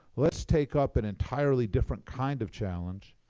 let's take up an entirely different kind of challenge.